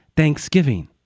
Thanksgiving